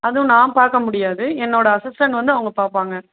அதுவும் நான் பார்க்க முடியாது என்னோடய அஸிஸ்டன்ட் வந்து அவங்க பார்ப்பாங்க